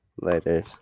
Later